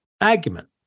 argument